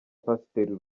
pasiteri